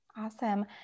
Awesome